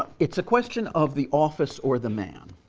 it's a question of the office or the man.